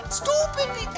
stupid